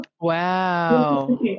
Wow